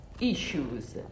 issues